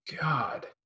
god